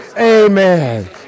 Amen